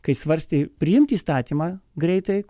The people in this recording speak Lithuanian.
kai svarstė priimti įstatymą greitai